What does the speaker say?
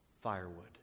firewood